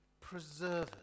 preservers